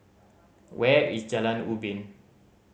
where is Jalan Ubin